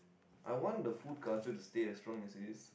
I want the food culture to stay as long as it is